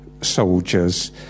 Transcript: soldiers